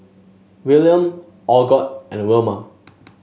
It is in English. William Algot and Wilma